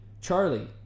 charlie